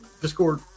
Discord